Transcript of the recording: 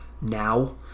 now